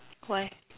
why